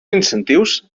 incentius